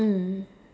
mm